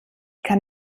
kann